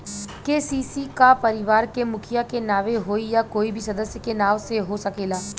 KCC का परिवार के मुखिया के नावे होई या कोई भी सदस्य के नाव से हो सकेला?